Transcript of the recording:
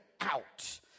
out